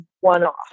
one-off